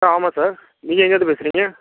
ஆ ஆமாம் சார் நீங்கள் எங்கேயிருந்து பேசுகிறீங்க